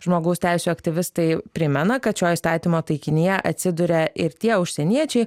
žmogaus teisių aktyvistai primena kad šio įstatymo taikinyje atsiduria ir tie užsieniečiai